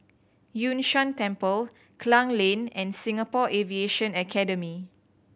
Yun Shan Temple Klang Lane and Singapore Aviation Academy